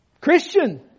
Christian